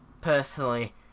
personally